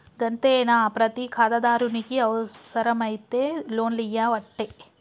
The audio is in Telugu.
గంతేనా, ప్రతి ఖాతాదారునికి అవుసరమైతే లోన్లియ్యవట్టే